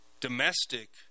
domestic